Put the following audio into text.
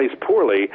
poorly